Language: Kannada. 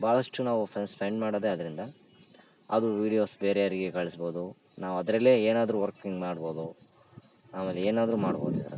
ಭಾಳಷ್ಟು ನಾವು ಸ್ಪೆಂಡ್ ಮಾಡೋದೇ ಅದರಿಂದ ಅದು ವಿಡಿಯೋಸ್ ಬೇರೆ ಯಾರಿಗೆ ಕಳಿಸ್ಬೋದು ನಾವು ಅದರಲ್ಲೇ ಏನಾದ್ರೂ ವರ್ಕಿಂಗ್ ಮಾಡ್ಬೋದು ಆಮೇಲೆ ಏನಾದ್ರೂ ಮಾಡ್ಬೋದು ಇದರಲ್ಲಿ